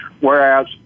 whereas